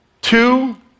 Two